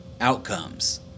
outcomes